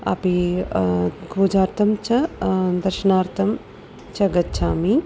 अपि पूजार्थं च दर्शनार्थं च गच्छामि